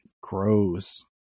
grows